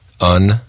Un-